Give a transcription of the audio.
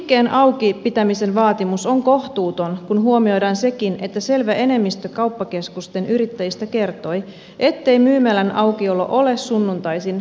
liikkeen auki pitämisen vaatimus on kohtuuton kun huomioidaan sekin että selvä enemmistö kauppakeskusten yrittäjistä kertoi ettei myymälän aukiolo ole sunnuntaisin kannattavaa